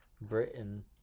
Britain